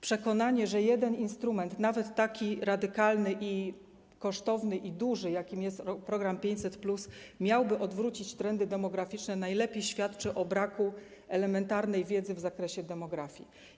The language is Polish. Przekonanie, że jeden instrument, nawet taki radykalny, kosztowny i duży, jakim jest program 500+, miałby odwrócić trendy demograficzne, najlepiej świadczy o braku elementarnej wiedzy w zakresie demografii.